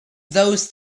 those